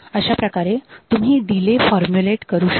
अशाप्रकारे तुम्ही delay formulate करू शकता